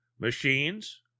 machines